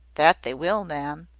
that they will, ma'am,